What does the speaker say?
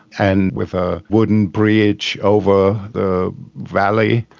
and with a wooden bridge over the valley.